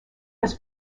was